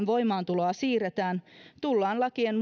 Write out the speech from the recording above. voimaantuloa siirretään tullaan lakien